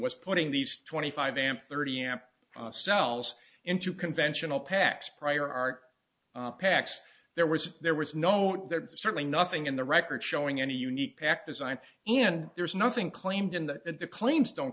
was putting these twenty five and thirty amp cells into conventional packs prior art packs there was there was no there certainly nothing in the record showing any unique pack design and there's nothing claimed in that the claims don't